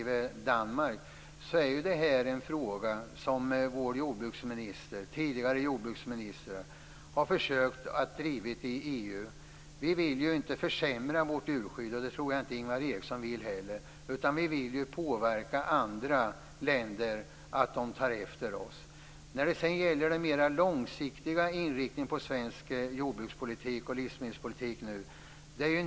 Vår jordbruksminister, och tidigare jordbruksministrar, har drivit frågan om djurskydd i EU. Vi vill inte försämra vårt djurskydd. Det vill inte Ingvar Eriksson heller. Vi vill påverka andra länder att ta efter oss. Sedan var det frågan om den mer långsiktiga inriktningen på svensk jordbrukspolitik och livsmedelspolitik.